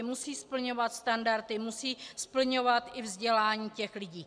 Musí splňovat standardy, musí splňovat i vzdělání lidí.